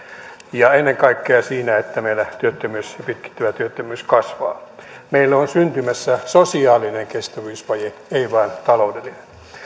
ja ennen kaikkea siinä että meillä työttömyys ja pitkittyvä työttömyys kasvaa meille on syntymässä sosiaalinen kestävyysvaje ei vain taloudellinen